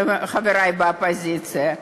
חברי באופוזיציה,